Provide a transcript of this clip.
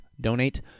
donate